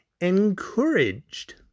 ENCOURAGED